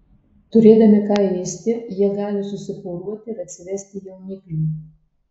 turėdami ką ėsti jie gali susiporuoti ir atsivesti jauniklių